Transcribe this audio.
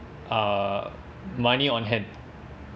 uh money on hand